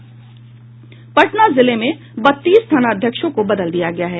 पटना जिले में बत्तीस थानाध्यक्षों को बदल दिया गया है